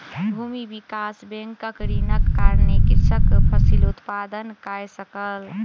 भूमि विकास बैंकक ऋणक कारणेँ कृषक फसिल उत्पादन कय सकल